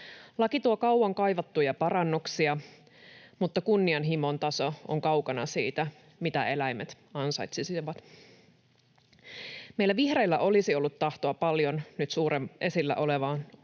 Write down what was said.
Laki tuo kauan kaivattuja parannuksia, mutta kunnianhimon taso on kaukana siitä, mitä eläimet ansaitsisivat. Meillä vihreillä olisi ollut tahtoa paljon nyt esillä olevia suurempiin